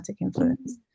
influence